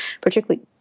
particularly